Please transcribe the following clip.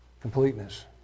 Completeness